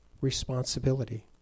responsibility